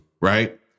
Right